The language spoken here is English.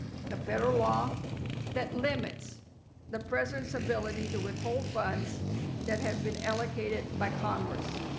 the federal law that limits the presidents ability to withhold funds that have been allocated by congress.